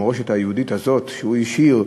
המורשת היהודית הזאת שהוא השאיר,